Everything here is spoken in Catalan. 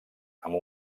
amb